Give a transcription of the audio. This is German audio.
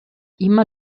immer